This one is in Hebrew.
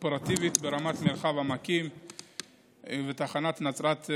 אופרטיבית במרחב העמקים ובתחנת נצרת.